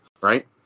right